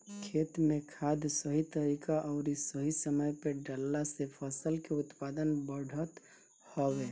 खेत में खाद सही तरीका अउरी सही समय पे डालला से फसल के उत्पादन बढ़त हवे